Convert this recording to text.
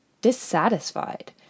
dissatisfied